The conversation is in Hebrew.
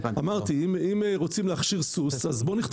אמרתי שאם רוצים להכשיר סוס, אז בואו נכתוב סוס.